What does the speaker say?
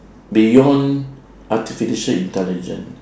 beyond artificial intelligence